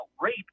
rape